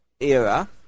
era